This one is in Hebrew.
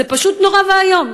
זה פשוט נורא ואיום.